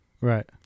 Right